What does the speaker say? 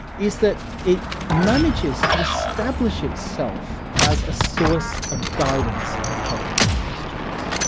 is that it manages to establish itself as a source of guidance on cognitive questions.